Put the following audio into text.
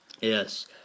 Yes